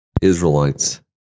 Israelites